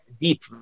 Deep